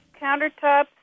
countertops